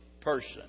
person